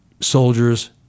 soldiers